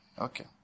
Okay